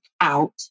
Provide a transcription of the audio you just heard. out